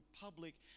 public